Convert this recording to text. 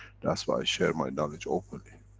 that's why i share my knowledge openly.